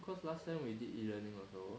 cause last time we did a learning also